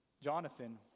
Jonathan